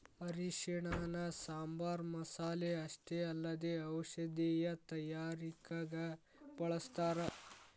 ಅರಿಶಿಣನ ಸಾಂಬಾರ್ ಮಸಾಲೆ ಅಷ್ಟೇ ಅಲ್ಲದೆ ಔಷಧೇಯ ತಯಾರಿಕಗ ಬಳಸ್ಥಾರ